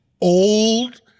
old